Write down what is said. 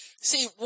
See